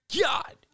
God